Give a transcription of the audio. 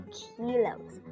kilos